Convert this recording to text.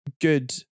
good